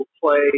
play